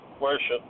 worship